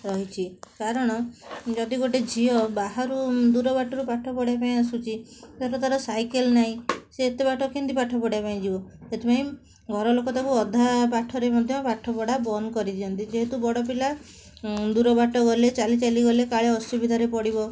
ରହିଛି କାରଣ ଯଦି ଗୋଟେ ଝିଅ ବାହାରୁ ଦୂର ବାଟରୁ ପାଠ ପଢ଼ିବା ପାଇଁ ଆସୁଛି ଯେହେତୁ ତା'ର ସାଇକେଲ ନାହିଁ ସିଏ ଏତେବାଟ କେମିତି ପାଠ ପଢ଼ିବା ପାଇଁ ଯିବ ସେଥିପାଇଁ ଘରଲୋକ ତାକୁ ଅଧା ପାଠରେ ମଧ୍ୟ ପାଠପଢ଼ା ବନ୍ଦ କରିଦିଅନ୍ତି ଯେହେତୁ ବଡ଼ ପିଲା ଦୂରବାଟ ଗଲେ ଚାଲି ଚାଲି ଗଲେ କାଳେ ଅସୁବିଧାରେ ପଡ଼ିବ